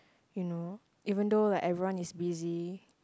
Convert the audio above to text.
you know even though like everyone is busy